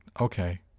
Okay